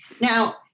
Now